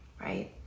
right